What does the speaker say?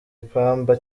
ipamba